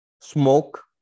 smoke